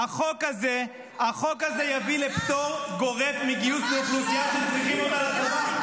החוק הזה יביא לפטור גורף מגיוס לאוכלוסייה שצריכים אותה לצבא.